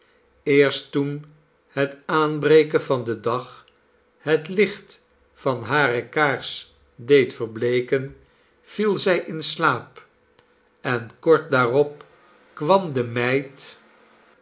eerst toen het aanbreken van den dag het licht van hare kaars deed verbleeken viel zij in slaap en kort daarop kwam de meid